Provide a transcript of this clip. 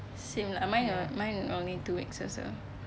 same lah mine mine only two weeks also